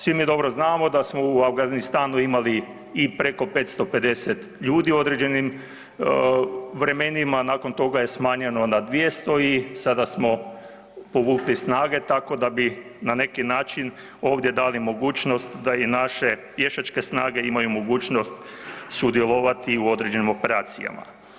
Svi mi dobro znamo da smo u Afganistanu imali i preko 550 ljudi u određenim vremenima, nakon toga je smanjeno na 200 i sada smo povukli snage, tako da bi na neki način ovdje dali mogućnost da i naše pješačke snage imaju mogućnost sudjelovati u određenim operacijama.